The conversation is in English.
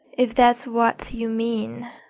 if that's what you mean.